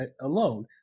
alone